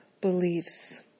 beliefs